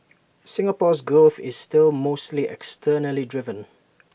Singapore's growth is still mostly externally driven